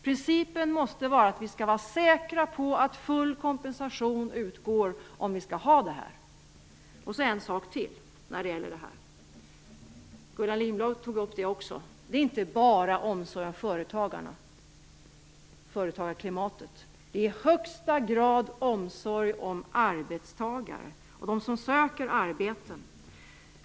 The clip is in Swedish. Principen måste vara att vi skall vara säkra på att full kompensation utgår vid förlängd sjuklöneperiod. En sak till, som också Gullan Lindblad tog upp: Det handlar inte bara om omsorg om företagarklimatet. Det handlar i högsta grad om omsorg om arbetstagarna och om dem som söker arbete.